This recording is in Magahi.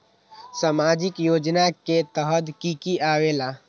समाजिक योजना के तहद कि की आवे ला?